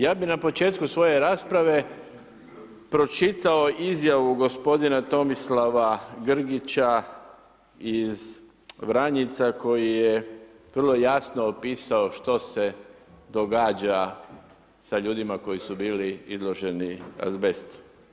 Ja bih na početku svoje rasprave pročitao izjavu gospodina Tomislava Grgića iz Vranjica koji je vrlo jasno opisao što se događa sa ljudima koji su bili izloženi azbestu.